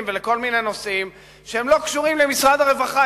ובכל מיני נושאים שהם לא קשורים למשרד הרווחה.